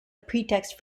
pretext